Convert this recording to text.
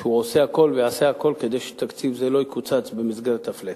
שהוא עושה הכול ויעשה הכול כדי שתקציב זה לא יקוצץ במסגרת ה-flat.